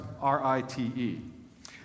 R-I-T-E